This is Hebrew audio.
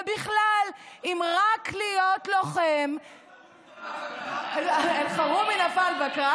ובכלל, אם רק להיות לוחם, אלחרומי נפל בקרב.